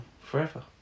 forever